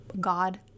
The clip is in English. God